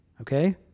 Okay